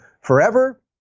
forever